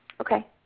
Okay